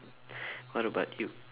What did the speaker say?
what about you